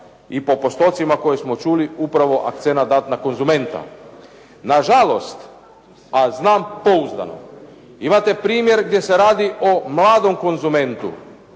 i po postotcima koje smo čuli, upravo akcenat dat na konzumenta. Nažalost, a znam pouzdano, imate primjer gdje se radi o mladom konzumentu